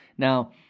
Now